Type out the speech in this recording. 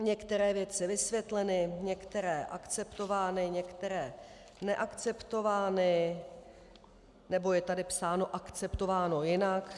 Některé věci vysvětleny, některé akceptovány, některé neakceptovány, nebo je tady psáno: akceptováno jinak.